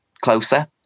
closer